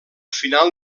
final